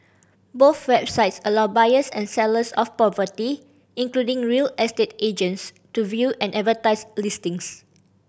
both websites allow buyers and sellers of property including real estate agents to view and advertise listings